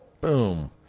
Boom